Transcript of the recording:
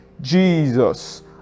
jesus